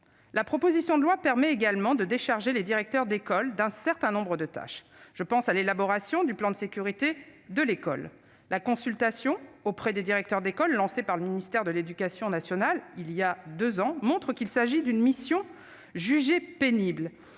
La proposition de loi permet également de décharger les directeurs d'école d'un certain nombre de tâches ; je pense à l'élaboration du plan de sécurité de l'école. La consultation lancée voilà deux ans par le ministère de l'éducation nationale auprès des directeurs d'école montre qu'il s'agit d'une mission jugée pénible,